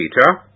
Peter